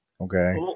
okay